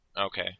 Okay